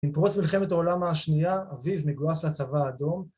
עם פרוץ מלחמת העולם השנייה, אביו מגויס לצבא האדום